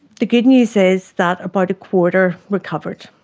the good news is that about a quarter recovered.